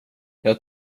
jag